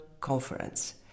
conference